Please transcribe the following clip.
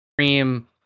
stream